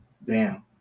bam